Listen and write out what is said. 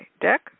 deck